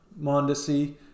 Mondesi